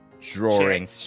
drawing